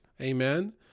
Amen